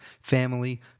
family